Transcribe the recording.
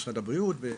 משרד הבריאות וכולי,